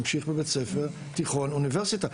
ממשיך בתיכון ובאוניברסיטה.